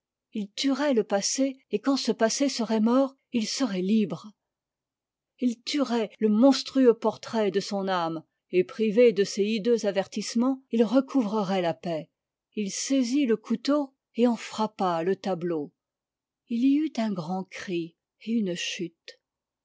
il tuerait le passé et quand ce passé serait mort il serait libre il tuerait le monstrueux portrait de son âme et privé de ses hideux avertissements il recouvrerait la paix il saisit le couteau et en frappa le tableau il y eut un grand cri et une chute